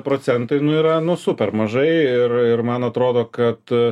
procentai nu yra nu super mažai ir ir man atrodo kad